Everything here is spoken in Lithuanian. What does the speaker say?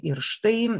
ir štai